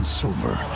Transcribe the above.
silver